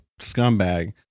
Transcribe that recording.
scumbag